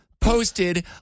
posted